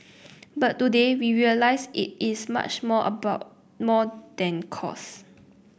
but today we realise it is much more about more than cost